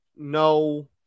no